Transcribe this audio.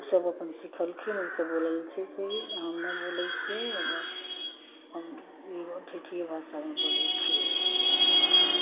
आ ओसभ अपन सिखलखिन ओसभ बोलैत छथिन हम न बोलैत छियै हम ठेठिए भाषामे बोलैत छियै